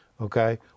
Okay